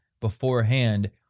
beforehand